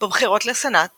בבחירות לסנאט